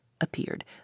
appeared